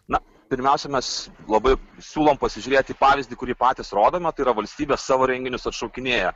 na pirmiausia mes labai siūlom pasižiūrėti į pavyzdį kurį patys rodome tai yra valstybė savo renginius atšaukinėja